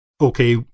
okay